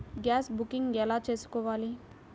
Gas booking ఎలా చేసుకోవాలి?